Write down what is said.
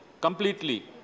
completely